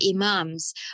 imams